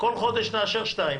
כל חודש נאשר שתיים.